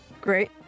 Great